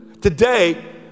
Today